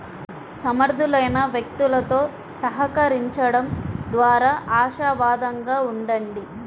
సమర్థులైన వ్యక్తులతో సహకరించండం ద్వారా ఆశావాదంగా ఉండండి